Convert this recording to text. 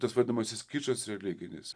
tas vadinamasis kičas religinis